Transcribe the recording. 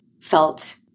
felt